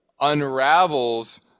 unravels